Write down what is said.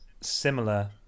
similar